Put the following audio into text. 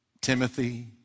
Timothy